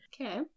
Okay